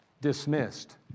dismissed